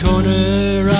Corner